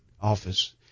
office